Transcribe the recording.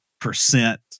percent